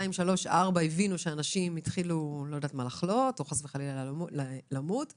שלוש שנים הבינו שאנשים התחילו לחלות או למות חס וחלילה.